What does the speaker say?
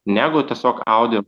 negu tiesiog audio